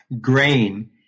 grain